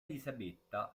elisabetta